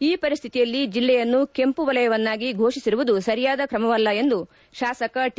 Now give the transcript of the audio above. ಈ ಪರಿಸ್ಥಿತಿಯಲ್ಲಿ ಜಿಲ್ಲೆಯನ್ನು ಕೆಂಪು ವಲಯವನ್ನಾಗಿ ಘೋಷಿಸಿರುವುದು ಸರಿಯಾದ ತ್ರಮವಲ್ಲ ಎಂದು ಶಾಸಕ ಟಿ